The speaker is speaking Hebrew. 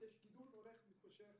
שיש גידול הולך ומתמשך